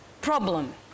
problem